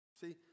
See